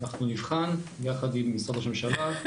אנחנו נבחן יחד עם משרד ראש הממשלה,